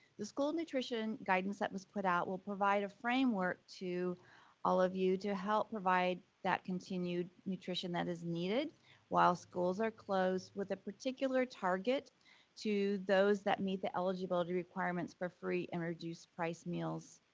the school nutrition guidance that was put out will provide a framework to all of you to help provide that continued nutrition that is needed while schools are closed, with a particular target to those that meet the eligibility requirements for free and reduced-price meals.